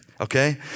Okay